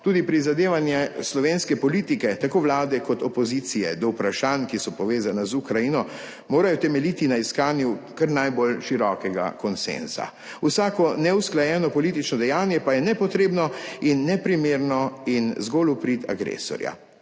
tudi prizadevanje slovenske politike, tako Vlade kot opozicije, do vprašanj, ki so povezana z Ukrajino, morajo temeljiti na iskanju kar najbolj širokega konsenza. Vsako neusklajeno politično dejanje pa je nepotrebno in neprimerno in zgolj v prid agresorja.